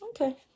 Okay